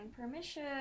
permission